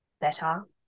better